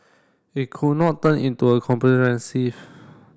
it could not turn into a